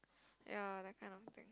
ya that kind of thing